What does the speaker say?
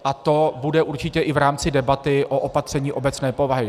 A to bude určitě i v rámci debaty o opatření obecné povahy.